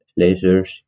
lasers